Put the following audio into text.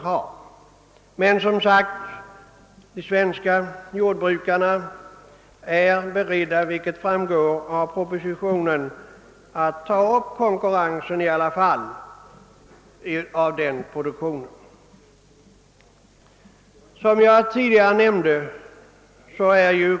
De svenska sockerbetsodlarna är som sagt beredda — vilket framgår av propositionen — att trots allt ta upp konkurrensen med utlandet.